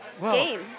game